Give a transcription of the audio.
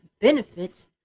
benefits